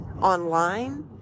online